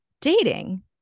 dating